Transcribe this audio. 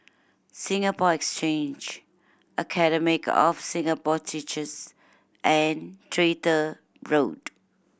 Singapore Exchange Academy of Singapore Teachers and Tractor Road